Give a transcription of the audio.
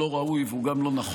לא, לא נהוג